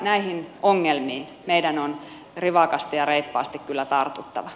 näihin ongelmiin meidän on rivakasti ja reippaasti kyllä tartuttava